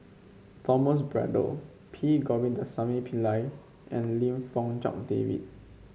Thomas Braddell P Govindasamy Pillai and Lim Fong Jock David